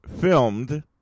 filmed